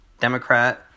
Democrat